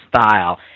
style